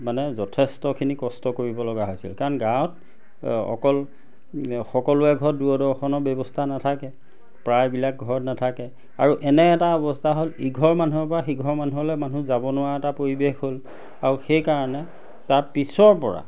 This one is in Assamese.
মানে যথেষ্টখিনি কষ্ট কৰিবলগা হৈছিল কাৰণ গাঁৱত অকল সকলোৱে ঘৰত দূৰদৰ্শনৰ ব্যৱস্থা নাথাকে প্ৰায়বিলাক ঘৰত নাথাকে আৰু এনে এটা অৱস্থা হ'ল ইঘৰ মানুহৰ পৰা সিঘৰ মানুহলে মানুহ যাব নোৱাৰা এটা পৰিৱেশ হ'ল আৰু সেইকাৰণে তাৰ পিছৰ পৰা